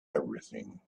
everything